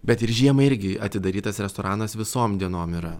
bet ir žiemą irgi atidarytas restoranas visom dienom yra